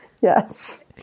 Yes